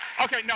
okay,